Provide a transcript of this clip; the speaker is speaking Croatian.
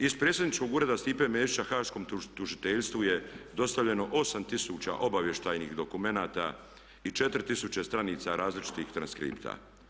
Iz predsjedničkog ureda Stipe Mesića haškom tužiteljstvu je dostavljeno 8 tisuća obavještajnih dokumenata i 4 tisuće stranica različitih transkripta.